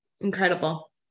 incredible